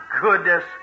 goodness